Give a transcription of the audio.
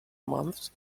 months